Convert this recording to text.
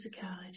physicality